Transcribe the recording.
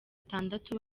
itandatu